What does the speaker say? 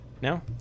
No